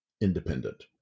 independent